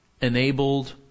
enabled